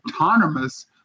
autonomous